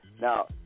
now